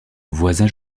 voisin